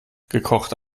gekochte